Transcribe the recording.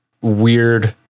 weird